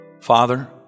Father